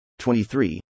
23